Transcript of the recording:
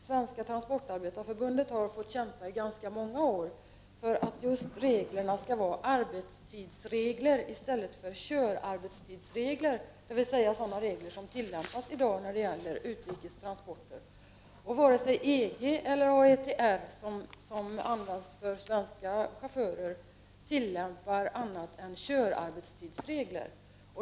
Svenska transportarbetareförbundet har fått kämpa under ganska många år för att reglerna skall vara just arbetstidsregler i stället för körarbetstidsregler, dvs. sådana regler som i dag tillämpas när det gäller utrikes transporter. Varken EG-ländernas regler eller de AETR-regler som används för svenska chaufförer är annat än körarbetstidsregler.